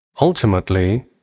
Ultimately